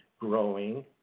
growing